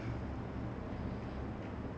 like it's the same thing over and over again